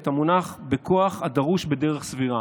והמונח הוא "בכוח הדרוש בדרך סבירה",